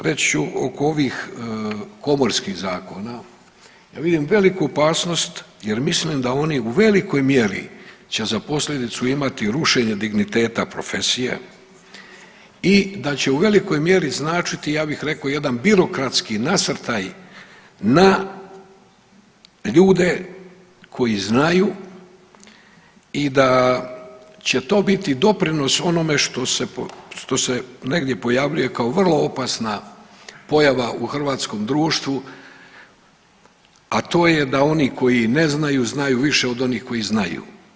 Reći ću oko ovih komorskih zakona, ja vidim veliku opasnost jer mislim da oni u velikoj mjeri će za posljedicu imati rušenje digniteta profesije i da će u velikoj mjeri značiti ja bih rekao jedan birokratski nasrtaj na ljude koji znaju i da će to biti doprinos onome što se negdje pojavljuje kao vrlo opasna pojava u hrvatskom društvu, a to je da oni koji ne znaju znaju više od onih koji znaju.